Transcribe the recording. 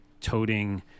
toting